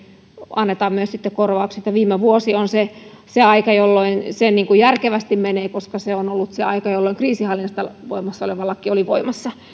annetaan sitten myös korvaukset viime vuosi on se se aika jolloin se järkevästi menee koska se on ollut se aika jolloin kriisinhallinnasta voimassa oleva laki oli voimassa